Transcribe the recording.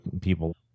people